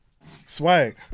Swag